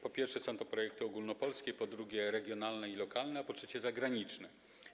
Po pierwsze, są to projekty ogólnopolskie, po drugie, regionalne i lokalne, a po trzecie, zagraniczne.